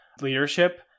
leadership